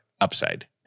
UPSIDE